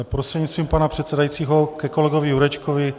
Prostřednictvím pana předsedajícího ke kolegovi Jurečkovi.